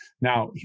Now